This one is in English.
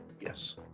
Yes